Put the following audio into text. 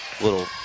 little